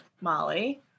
Molly